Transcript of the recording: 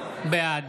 בעד